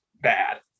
bad